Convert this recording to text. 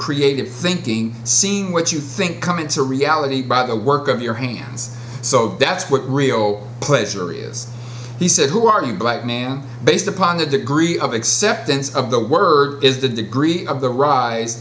creative thinking seeing what you think come into reality by the work of your hands so that's what rio pleasure is he said who are the black man based upon the degree of acceptance of the word is the degree of the ri